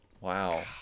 Wow